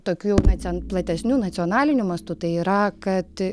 tokiu jau nacion platesniu nacionaliniu mastu tai yra kad